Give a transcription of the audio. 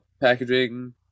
packaging